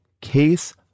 Case